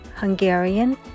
Hungarian